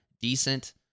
decent